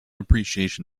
appreciation